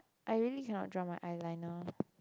I really cannot draw my eyeliner